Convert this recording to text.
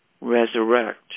resurrect